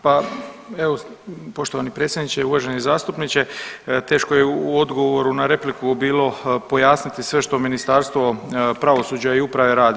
Pa evo poštovani predsjedniče i uvaženi zastupniče teško je u odgovoru na repliku bilo pojasniti sve što Ministarstvo pravosuđa i uprave radi.